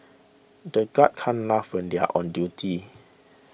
the guards can't laugh they are on duty